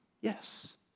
Yes